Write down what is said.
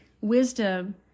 wisdom